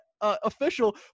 official